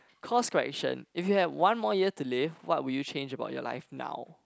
course correction if you had one more year to live what will you change about your life now